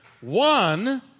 One